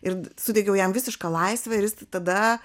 ir suteikiau jam visišką laisvę ir jis tada